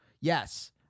yes